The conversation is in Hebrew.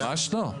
ממש לא.